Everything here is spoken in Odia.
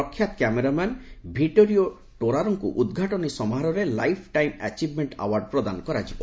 ପ୍ରଖ୍ୟାତ କ୍ୟାମେରାମ୍ୟାନ୍ ଭିଟୋରିଓ ଟୋରାରୋଙ୍କୁ ଉଦ୍ଘାଟନୀ ସମାରୋହରେ ଲାଇଫ୍ ଟାଇମ୍ ଆଚିଭ୍ମେଣ୍ଟ ଆୱାର୍ଡ ପ୍ରଦାନ କରାଯିବ